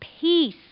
peace